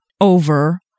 over